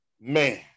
man